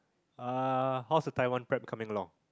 ah how's the Taiwan prep coming along